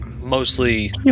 mostly